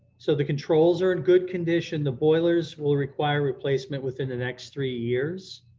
so the controls are in good condition, the boilers will require replacement within the next three years.